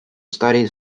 studies